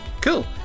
Cool